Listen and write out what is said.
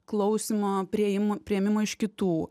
klausymo priėjimu priėmimo iš kitų